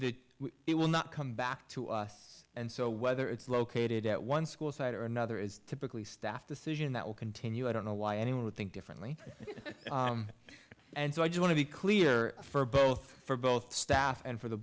the it will not come back to us and so whether it's located at one school site or another is typically staff decision that will continue i don't know why anyone would think differently and so i do want to be clear for both for both staff and for the